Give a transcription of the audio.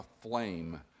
aflame